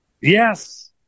Yes